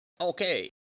Okay